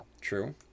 True